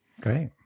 Great